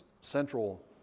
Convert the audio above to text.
central